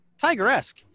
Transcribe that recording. Tiger-esque